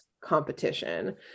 competition